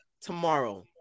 tomorrow